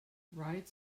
riots